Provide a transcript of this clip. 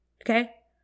Okay